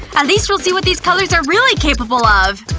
at least we'll see what these colors are really capable of!